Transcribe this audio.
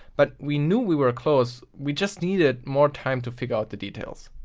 but we knew we were close, we just needed more time to figure out the detail s